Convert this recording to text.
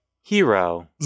hero